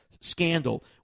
scandal